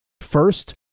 first